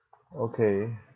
okay